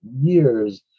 years